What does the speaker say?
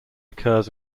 occurs